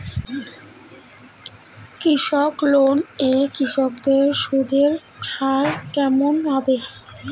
কৃষি লোন এ কৃষকদের সুদের হার কেমন হবে?